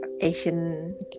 Asian